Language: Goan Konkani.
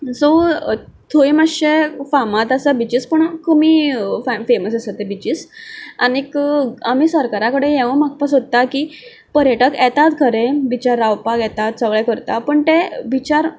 सो थंय मातशें फामाद आसा बिचीस पूण कमी फेमस आसात ते बिचीस आनी आमी सरकारा कडेन हेंवूय मागपाक सोदतात की पर्यटक येतात खरें बिचार रावतात सगलें करतात पूण ते बिचार